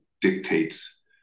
dictates